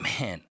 man